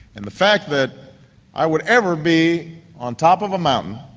and the fact that i would ever be on top of a mountain,